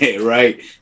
right